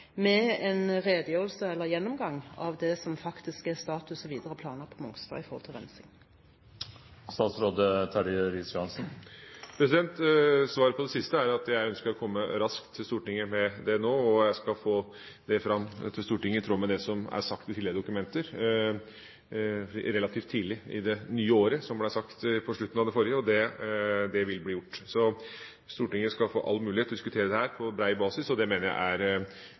med en redegjørelse om eller gjennomgang av det som faktisk er status og videre planer på Mongstad når det gjelder rensing. Svaret på det siste er at jeg ønsker å komme raskt til Stortinget med det. Jeg skal få det fram til Stortinget, i tråd med det som er sagt i tidligere dokumenter, relativt tidlig i det nye året, som det ble sagt på slutten av det forrige. Det vil bli gjort. Stortinget skal få all mulighet til å diskutere dette på brei basis, og det mener jeg er